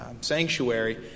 sanctuary